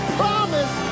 promise